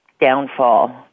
downfall